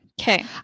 Okay